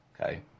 okay